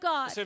God